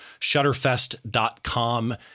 Shutterfest.com